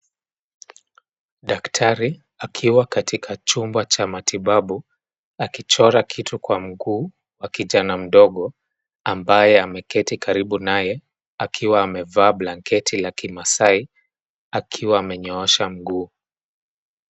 Daktari akiwa katika chumba cha matibabu, akichora kitu kwa mguu wa kijana mdogo ambaye ameketi karibu naye akiwa amevaa blanketi la Kimaasai , akiwa amenyoosha mguu.